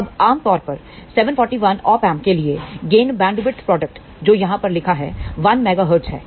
अब आम तौर पर 741 Op Amp के लिए गेन बैंडविड्थ प्रोडक्ट जो यहाँ पर लिखा है 1 मेगाहर्ट्ज है